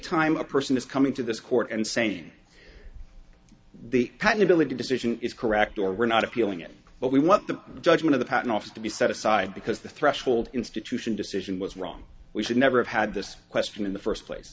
anytime a person is coming to this court and same the patentability decision is correct or we're not appealing it but we want the judgment of the patent office to be set aside because the threshold institution decision was wrong we should never have had this question in the first place